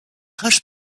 roche